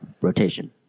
rotation